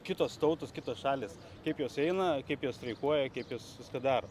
kitos tautos kitos šalys kaip jos eina kaip jos streikuoja kaip jos viską daro